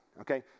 okay